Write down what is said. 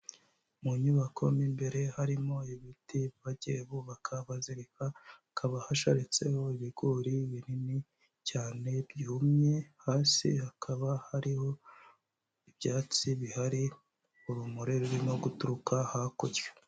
Mu nyubako mo imbere harimo ibiti bagiye bubaka bazireka, hakaba hasharitseho ibigori binini cyane byumye, hasi hakaba hariho ibyatsi bihari, urumuri rurimo guturuka hakurya.